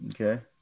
Okay